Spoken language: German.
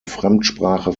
fremdsprache